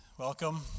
Welcome